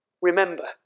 remember